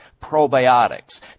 probiotics